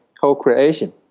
co-creation